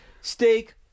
Steak